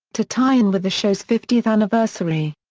to tie-in with the show's fiftieth anniversary.